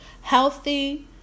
healthy